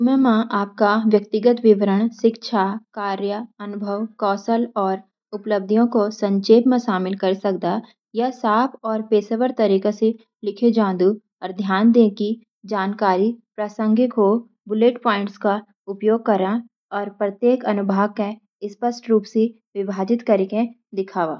रेज़्यूमे में आपके व्यक्तिगत विवरण, शिक्षा, कार्य अनुभव, कौशल, और उपलब्धियों को संक्षेप में शामिल करा। यह साफ और पेशेवर तरीके से लिखें जांदू छ, और ध्यान दें कि जानकारी प्रासंगिक हो। बुलेट पॉइंट्स का उपयोग करा और प्रत्येक अनुभाग को स्पष्ट रूप से विभाजित करा।